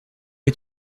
est